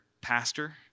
pastor